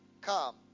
come